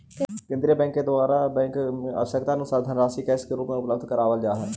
केंद्रीय बैंक के द्वारा बैंक के आवश्यकतानुसार धनराशि कैश के रूप में उपलब्ध करावल जा हई